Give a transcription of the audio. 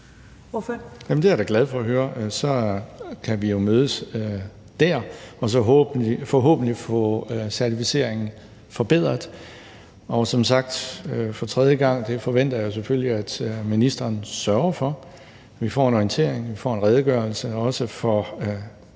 Det er jeg da glad for at høre. Så kan vi jo mødes der og så forhåbentlig få certificeringen forbedret, og som sagt for tredje gang forventer jeg selvfølgelig, at ministeren sørger for, at vi får en orientering, og at vi får en redegørelse, også for